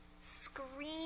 scream